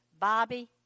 bobby